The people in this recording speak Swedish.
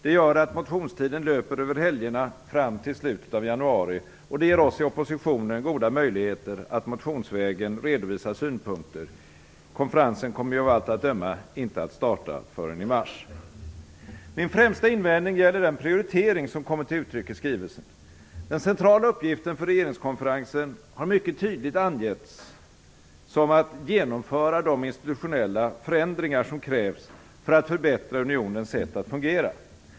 Det gör att motionstiden löper över helgerna fram till slutet av januari, och det ger oss i oppositionen goda möjligheter att motionsvägen redovisa synpunkter. Konferensen kommer ju av allt att döma inte att starta förrän i mars. Min främsta invändning gäller den prioritering som kommer till uttryck i skrivelsen. Den centrala uppgiften för regeringskonferensen har mycket tydligt angetts vara att genomföra de institutionella förändringar som krävs för att förbättra unionens sätt att fungera.